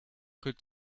could